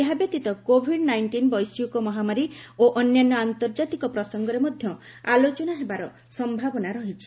ଏହା ବ୍ୟତୀତ COVID nineteen ବୈଶ୍ୱିକ ମହାମାରୀ ଓ ଅନ୍ୟାନ୍ୟ ଆନ୍ତର୍ଜାତିକ ପ୍ରସଙ୍ଗରେ ମଧ୍ୟ ଆଲୋଚନା ହେବାର ସମ୍ଭାବନା ରହିଛି